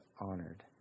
honored